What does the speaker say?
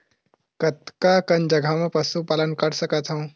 कतका कन जगह म पशु पालन कर सकत हव?